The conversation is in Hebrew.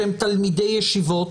שהם תלמידי ישיבות,